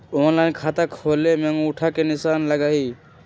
Online खाता खोले में अंगूठा के निशान लगहई?